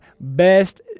Best